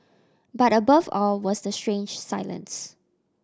but above all was the strange silence